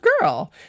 girl